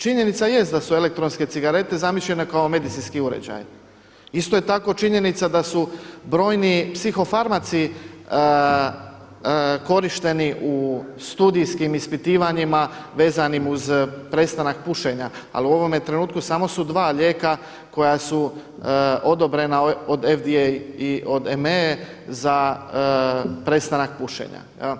Činjenica jest da su elektronske cigarete zamišljene kao medicinski uređaj, isto je tako činjenica da su brojni psihofarmaci korišteni u studijskim ispitivanjima vezanim uz prestanak pušenja, ali u ovome trenutku samo su dva lijeka koja su odobrena od FDA i od EMA za prestanak pušenja.